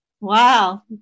Wow